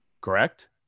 Correct